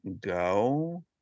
go